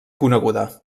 coneguda